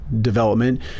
development